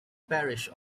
parish